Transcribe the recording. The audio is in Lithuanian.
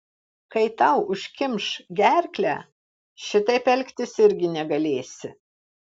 kai tau užkimš gerklę šitaip elgtis irgi negalėsi